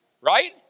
Right